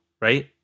right